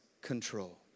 control